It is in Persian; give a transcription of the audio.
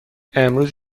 امروز